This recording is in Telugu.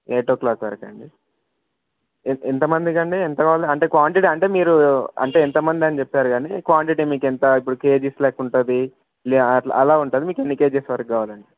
ఎయిట్ ఓ క్లాక్ వరకా అండి ఎ ఎంతమంది కండి ఎంత కావాలి అంటే క్వాంటిటీ అంటే మీరు అంటే ఎంతమంది అని చెప్పారు గానీ క్వాంటిటీ మీకు ఎంత ఇప్పుడు కేజీస్ లెక్క ఉంటుంది లే అట్లా అలా ఉంటుంది మీకు ఎన్ని కేజీస్ వరకు కావాలండి